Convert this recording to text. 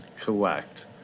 collect